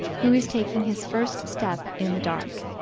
who is taking his first step in the dark.